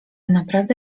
naprawdę